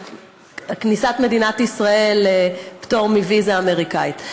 של כניסת מדינת ישראל לפטור מוויזה אמריקנית.